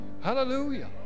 Hallelujah